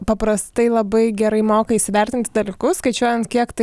paprastai labai gerai moka įsivertinti dalykus skaičiuojant kiek tai